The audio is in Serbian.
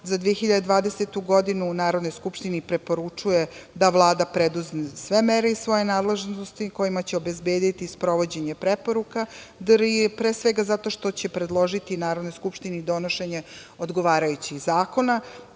za 2020. godinu u Narodnoj skupštini preporučuje da Vlada preduzme sve mere iz svoje nadležnosti kojima će obezbediti sprovođenje preporuka DRI zato što će predložiti Narodnoj skupštini donošenje odgovarajućih zakona,